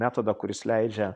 metodą kuris leidžia